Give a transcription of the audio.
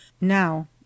Now